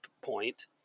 point